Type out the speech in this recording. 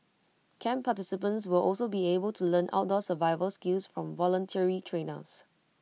camp participants will also be able to learn outdoor survival skills from voluntary trainers